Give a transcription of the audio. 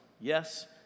Yes